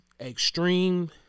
extreme